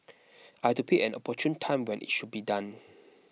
I had to pick an opportune time when it should be done